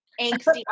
angsty